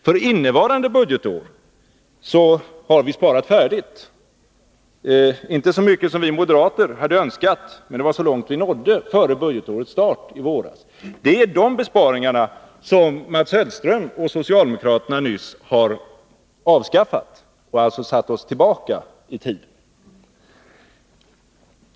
För innevarande budgetår har vi sparat färdigt — inte så mycket som vi moderater hade önskat, men det var så långt vi nådde före budgetårets inledning i våras. Möjligheterna att göra de besparingarna har Mats Hellström och socialdemokraterna nyss avskaffat. De har alltså försatt oss tillbaka i tiden.